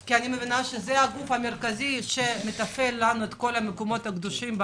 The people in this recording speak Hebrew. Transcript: כי אני מבינה שזה הגוף המרכזי שמתפעל לנו את כל המקומות הקדושים,